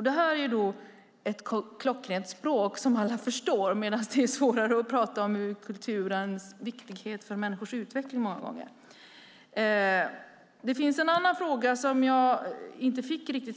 Det är ett klockrent språk som alla förstår. Det är svårare att prata om hur viktig kulturen är för människors utveckling. Det var en fråga som ministern inte